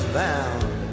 bound